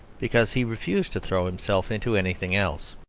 because he refused to throw himself into anything else.